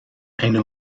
eine